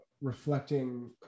reflecting